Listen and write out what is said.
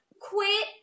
Quit